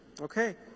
Okay